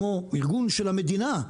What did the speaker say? ארגון של המדינה,